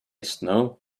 snow